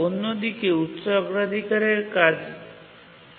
অন্যদিকে উচ্চ অগ্রাধিকারের কাজটি অপেক্ষা করতে থাকে